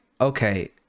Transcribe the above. okay